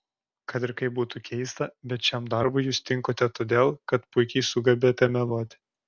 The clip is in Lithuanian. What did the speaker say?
kad ir kaip būtų keista bet šiam darbui jūs tinkate todėl kad puikiai sugebate meluoti